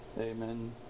Amen